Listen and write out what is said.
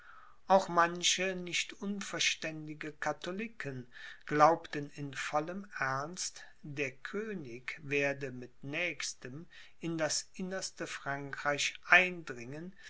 auch manche nicht unverständige katholiken glaubten in vollem ernst der könig werde mit nächstem in das innerste frankreich eindringen